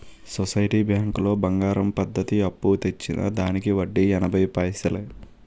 society బ్యాంకులో బంగారం పద్ధతి అప్పు తెచ్చిన దానికి వడ్డీ ఎనభై పైసలే